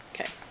Okay